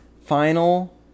final